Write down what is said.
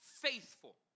faithful